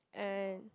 and